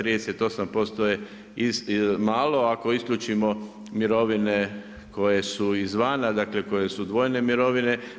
38% je malo ako isključimo mirovine koje su izvana, dakle koje su dvojne mirovine.